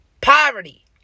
Poverty